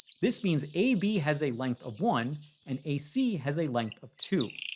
this means ab has a length of one and ac has a length of two.